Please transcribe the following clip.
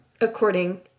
according